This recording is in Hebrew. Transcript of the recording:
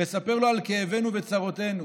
נספר לו על כאבינו וצרותינו,